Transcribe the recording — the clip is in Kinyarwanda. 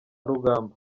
rugamba